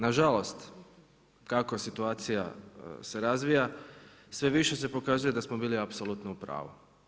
Nažalost, kako situacija se razvija, sve više se pokazuje da smo bili apsolutno u pravu.